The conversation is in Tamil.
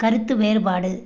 கருத்து வேறுபாடு